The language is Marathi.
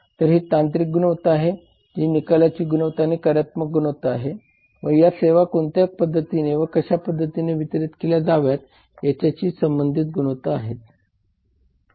तर ही तांत्रिक गुणवत्ता आहे जी निकालाची गुणवत्ता आणि कार्यात्मक गुणवत्ता आहे व या सेवा कोणत्या पद्धतीने किंवा कशा पद्धतीने वितरित केल्या जातात याच्याशी संबंधित गुणवत्ता आहे